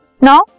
Now